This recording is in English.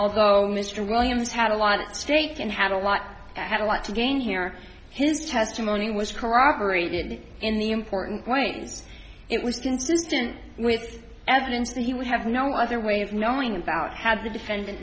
although mr williams had a lot at stake in had a lot and had a lot to gain here his testimony was corroborated in the important ways it was consistent with evidence that he would have no other way of knowing about had the defendant